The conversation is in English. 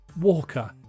Walker